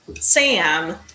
Sam